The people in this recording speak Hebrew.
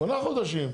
שמונה חודשים.